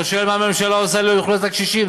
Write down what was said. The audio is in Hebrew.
אתה שואל מה הממשלה עושה בשביל אוכלוסיית הקשישים?